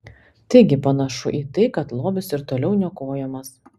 taigi panašu į tai kad lobis ir toliau niokojamas